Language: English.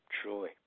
Truly